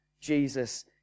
Jesus